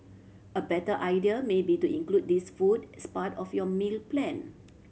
a better idea may be to include these food as part of your meal plan